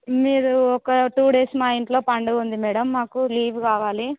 మీరు ఒక two days మా ఇంట్లో పండగ ఉంది మేడం మాకు లీవ్ కావాలి